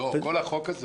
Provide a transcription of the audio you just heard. כל החוק הזה